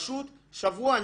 פשוט שבוע.